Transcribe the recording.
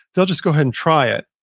they'll just go ahead and try it.